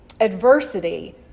adversity